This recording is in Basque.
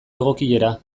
egokiera